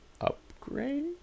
upgrade